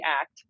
act